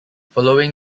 following